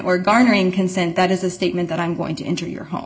or garnering consent that is a statement that i'm going to enter your home